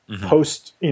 post